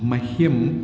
मह्यं